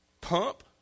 pump